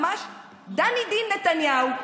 ממש דנידין נתניהו.